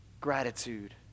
gratitude